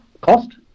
cost